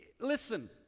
Listen